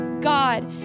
God